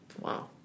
Wow